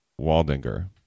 Waldinger